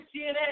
CNN